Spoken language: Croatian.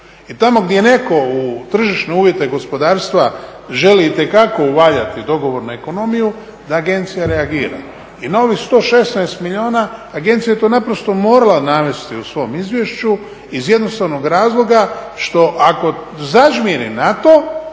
I tamo gdje netko u tržišne uvjete gospodarstva želi itekako uvaljati dogovornu ekonomiju da agencija reagira. I novih 116 milijuna agencija je to naprosto morala navesti u svom izvješću iz jednostavnog razloga što ako zažmiri na to